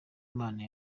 imana